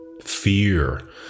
fear